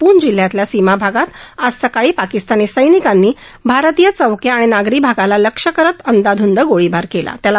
पुंछ जिल्ह्यातल्या सीमाभागात आज सकाळी पाकिस्तानी सैनिकांनी भारतीय चौक्या आणि नागरी भागाला लक्ष्य करत अंदाधुंद गोळीबार केला